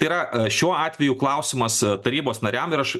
tai yra šiuo atveju klausimas tarybos nariam ir aš